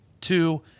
two